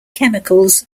chemicals